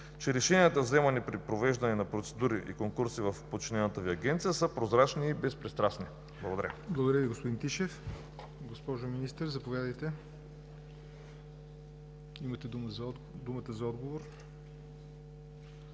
че решенията, взимани при провеждане на процедури и конкурси в подчинената Ви Агенция, са прозрачни и безпристрастни? Благодаря.